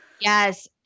Yes